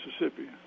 Mississippi